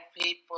people